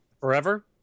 Forever